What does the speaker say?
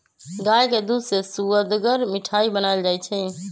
गाय के दूध से सुअदगर मिठाइ बनाएल जाइ छइ